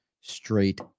straight